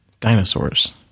Dinosaurs